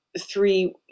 three